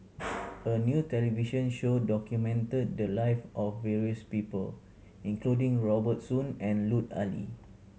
a new television show documented the live of various people including Robert Soon and Lut Ali